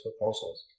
proposals